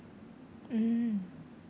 mm